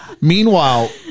Meanwhile